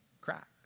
cracks